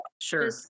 Sure